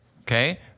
okay